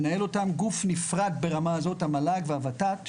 מנהל אותם גוף נפרד ברמה הזו המל"ג והות"ת.